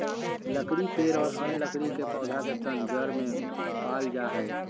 लकड़ी पेड़ और अन्य लकड़ी के पौधा के तन और जड़ में पाल जा हइ